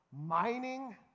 mining